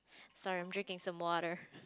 sorry I'm drinking some water